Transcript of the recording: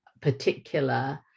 particular